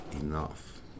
enough